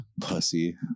pussy